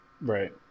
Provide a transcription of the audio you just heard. Right